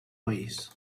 país